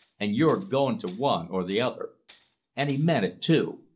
an' you're going to one or the other and he meant it too.